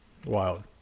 Wild